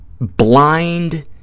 blind